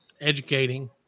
educating